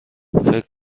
فکر